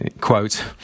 quote